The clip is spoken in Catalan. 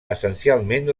essencialment